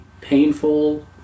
painful